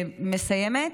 מסיימת.